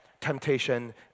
temptation